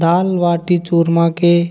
दाल बाटी चूरमा के